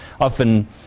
often